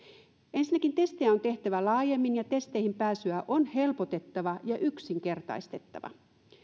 ensinnäkin testejä on tehtävä laajemmin ja testeihin pääsyä on helpotettava ja yksinkertaistettava